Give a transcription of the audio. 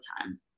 time